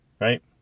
Right